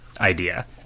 idea